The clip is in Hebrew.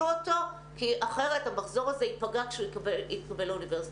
אותו כי אחרת המחזור הזה ייפגע כשהוא יתקבל לאוניברסיטאות.